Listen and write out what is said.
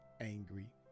angry